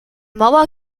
mauer